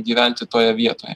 gyventi toje vietoje